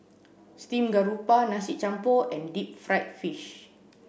steamed Garoupa Nasi Campur and deep fried fish